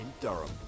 Durham